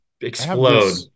explode